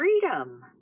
freedom